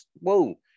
whoa